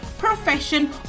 Profession